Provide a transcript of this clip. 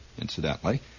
incidentally